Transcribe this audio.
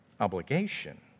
obligation